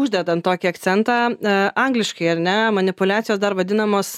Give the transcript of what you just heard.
uždedant tokį akcentą angliškai ar ne manipuliacijos dar vadinamos